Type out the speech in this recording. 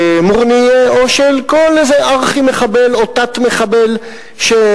מורנייה או של כל איזה ארכי-מחבל או תת-מחבל שהרגנו,